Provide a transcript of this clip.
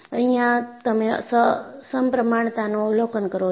અહિયાં તમે સમપ્રમાણતાનું અવલોકન કરો છો